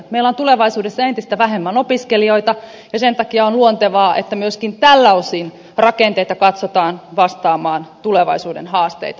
meillä on tulevaisuudessa entistä vähemmän opiskelijoita ja sen takia on luontevaa että myöskin tällä osin rakenteita katsotaan vastaamaan tulevaisuuden haasteita